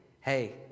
hey